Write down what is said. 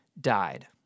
died